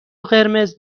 قرمز